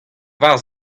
war